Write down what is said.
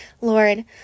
Lord